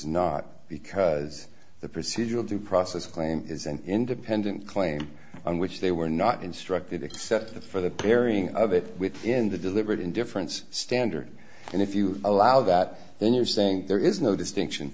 not because the procedural due process claim is an independent claim on which they were not instructed except for the pairing of it with in the deliberate indifference standard and if you allow that then you're saying there is no distinction